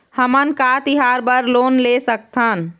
हमन का तिहार बर लोन ले सकथन?